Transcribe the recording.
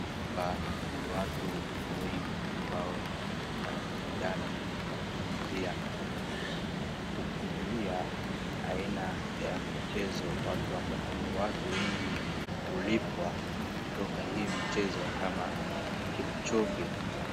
Hapa ni watu wengi ambao wanashindana kukimbia. Kukimbia ni aina ya mchezo watu wengi hulipwa kutoka hii mchezo kama Kipchoge.